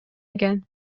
экен